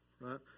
right